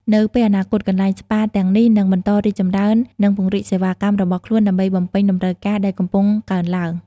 នៅពេលអនាគត កន្លែងស្ប៉ាទាំងនេះនឹងបន្តរីកចម្រើននិងពង្រីកសេវាកម្មរបស់ខ្លួនដើម្បីបំពេញតម្រូវការដែលកំពុងកើនឡើង។